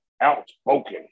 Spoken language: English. outspoken